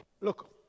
look